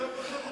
אתה פשוט,